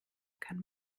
kann